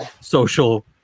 social